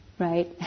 Right